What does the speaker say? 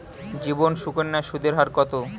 জীবন সুকন্যা সুদের হার কত?